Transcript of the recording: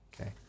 Okay